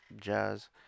jazz